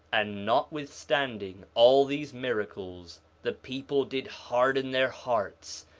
and notwithstanding all these miracles, the people did harden their hearts,